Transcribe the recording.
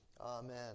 Amen